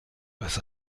was